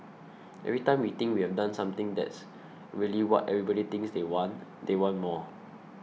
every time we think we've done something that's really what everybody thinks they want they want more